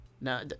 No